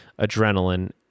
adrenaline